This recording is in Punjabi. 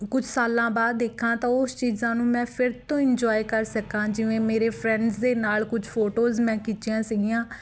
ਕੁਝ ਸਾਲਾਂ ਬਾਅਦ ਦੇਖਾਂ ਤਾਂ ਓਸ ਚੀਜ਼ਾਂ ਨੂੰ ਮੈਂ ਫਿਰ ਤੋਂ ਇੰਜੋਏ ਕਰ ਸਕਾਂ ਜਿਵੇਂ ਮੇਰੇ ਫਰੈਂਡਸ ਦੇ ਨਾਲ਼ ਕੁਝ ਫੋਟੋਜ਼ ਮੈਂ ਖਿੱਚੀਆਂ ਸੀਗੀਆਂ